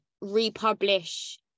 republish